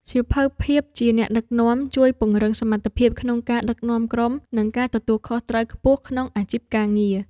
សៀវភៅភាពជាអ្នកដឹកនាំ ជួយពង្រឹងសមត្ថភាពក្នុងការដឹកនាំក្រុម និងការទទួលខុសត្រូវខ្ពស់ក្នុងអាជីពការងារ។